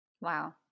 Wow